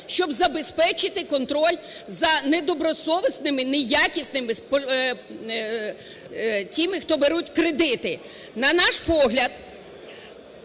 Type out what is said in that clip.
щоб забезпечити контроль за недобросовісними, неякісними тими, хто беруть кредити.